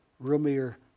roomier